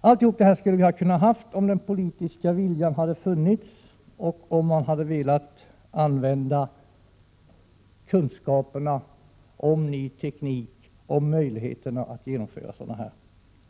Allt detta kunde vi ha haft om den politiska viljan hade funnits och om man hade velat använda kunskaperna om ny teknik, om möjligheterna att genomföra sådana här